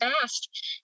fast